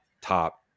top